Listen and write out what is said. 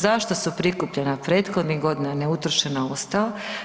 Zašto su prikupljena prethodnih godina, a neutrošena ostala?